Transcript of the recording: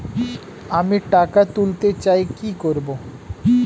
আমি টাকা তুলতে চাই কি করব?